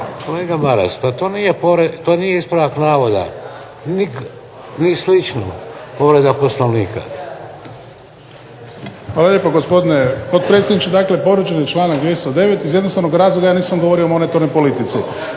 Kolega Maras, to nije ispravak navoda, ni slično. Povreda Poslovnika. **Šuker, Ivan (HDZ)** Hvala lijepo, gospodine potpredsjedniče. Dakle povrijeđen je članak 209. iz jednostavnog razloga, ja nisam govorio o monetarnoj politici.